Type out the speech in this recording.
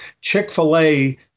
Chick-fil-A